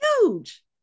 huge